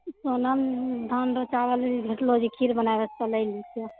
सोनम धानके चावल रेट घटलहुँ छै खीर बनाबै कऽ छै लै लैतिऔ